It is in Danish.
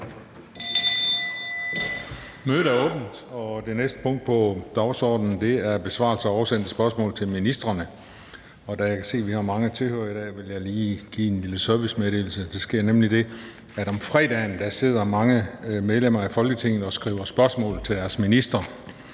Mødet er genoptaget. Det næste punkt på dagsordenen er besvarelse af oversendte spørgsmål til ministrene, og da jeg kan se, at vi har mange tilhørere i dag, vil jeg lige give en lille servicemeddelelse. Der sker nemlig det, at om fredagen sidder mange medlemmer af Folketinget og skriver spørgsmål til deres minister.